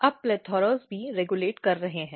अब PLETHORAS भी regulate कर रहे हैं